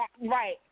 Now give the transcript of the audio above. Right